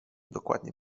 dokładnie